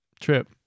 trip